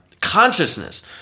consciousness